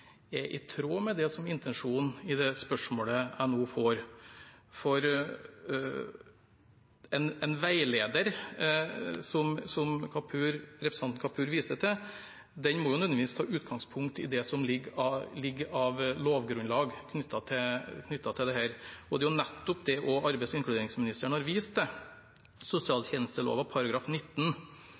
er i tråd med det som er intensjonen i det spørsmålet jeg nå får. For en veileder, som representanten Kapur viser til, må nødvendigvis ta utgangspunkt i det som ligger av lovgrunnlag knyttet til dette. Og det er jo nettopp det også arbeids- og inkluderingsministeren har vist til, sosialtjenesteloven § 19,